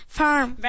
farm